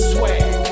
Swag